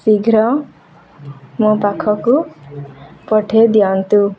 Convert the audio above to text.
ଶୀଘ୍ର ମୋ ପାଖକୁ ପଠାଇ ଦିଅନ୍ତୁ